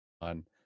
on